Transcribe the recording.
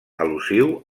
al·lusiu